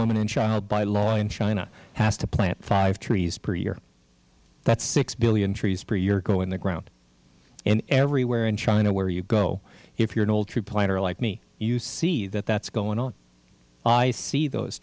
woman and child by law in china has to plant five trees per year that's six billion trees per year go in the ground and everywhere in china where you go if you're an old tree planter like me you see that that's going on i see those